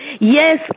Yes